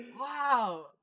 Wow